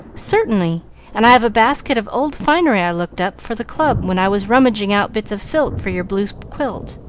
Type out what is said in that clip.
certainly and i have a basket of old finery i looked up for the club when i was rummaging out bits of silk for your blue quilt,